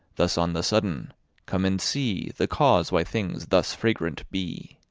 thus on the sudden come and see the cause why things thus fragrant be.